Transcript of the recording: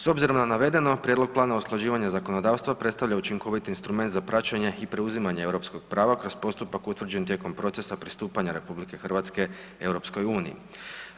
S obzirom na navedeno, prijedlog plana usklađivanja zakonodavstva predstavlja učinkoviti instrument za praćenje i preuzimanje europskog prava kroz postupak utvrđen tijekom procesa pristupanja RH EU-u.